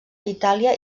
itàlia